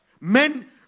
Men